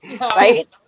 Right